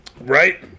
right